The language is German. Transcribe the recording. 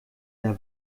der